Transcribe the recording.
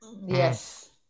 Yes